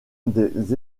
des